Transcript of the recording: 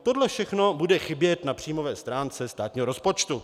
Tohle všechno bude chybět na příjmové stránce státního rozpočtu.